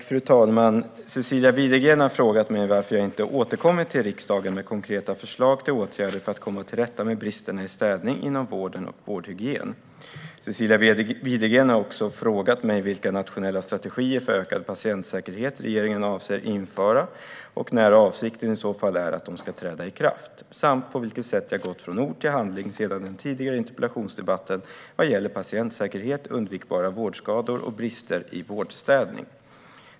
Fru talman! Cecilia Widegren har frågat mig varför jag inte återkommit till riksdagen med konkreta förslag till åtgärder för att komma till rätta med bristerna i städning inom vården och vårdhygien. Cecilia Widegren har också frågat mig vilka nationella strategier för ökad patientsäkerhet regeringen avser att införa och när avsikten i så fall är att de ska träda i kraft, samt på vilket sätt jag gått från ord till handling sedan den tidigare interpellationsdebatten vad gäller patientsäkerhet, undvikbara vårdskador och brister i vårdstädning.